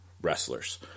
wrestlers